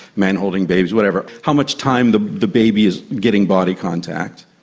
men holding babies, whatever, how much time the the baby is getting body contact.